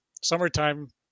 Summertime